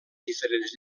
diferents